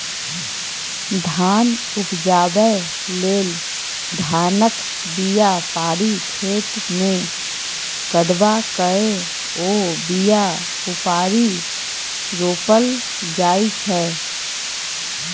धान उपजाबै लेल धानक बीया पारि खेतमे कदबा कए ओ बीया उपारि रोपल जाइ छै